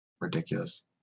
Ridiculous